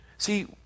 See